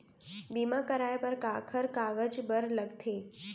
बीमा कराय बर काखर कागज बर लगथे?